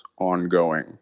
ongoing